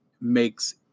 makes